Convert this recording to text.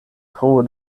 tro